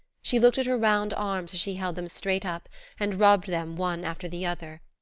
she looked at her round arms as she held them straight up and rubbed them one after the other,